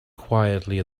quietly